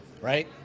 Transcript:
right